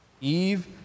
Eve